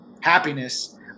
happiness